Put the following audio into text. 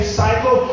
cycle